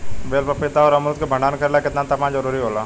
बेल पपीता और अमरुद के भंडारण करेला केतना तापमान जरुरी होला?